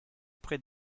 près